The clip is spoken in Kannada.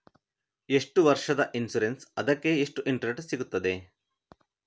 ಎಷ್ಟು ವರ್ಷದ ಇನ್ಸೂರೆನ್ಸ್ ಅದಕ್ಕೆ ಎಷ್ಟು ಇಂಟ್ರೆಸ್ಟ್ ಸಿಗುತ್ತದೆ?